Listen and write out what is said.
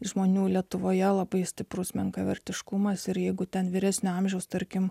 žmonių lietuvoje labai stiprus menkavertiškumas ir jeigu ten vyresnio amžiaus tarkim